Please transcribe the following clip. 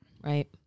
Right